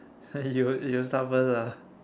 you you start first ah